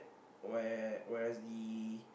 where whereas the